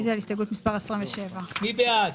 רוויזיה על הסתייגות מס' 63. מי בעד,